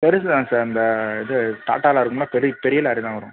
பெருசு தான் சார் இந்த இது டாட்டால இருக்கும்ல பெரிய பெரிய லாரி தான் வரும்